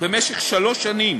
במשך שלוש שנים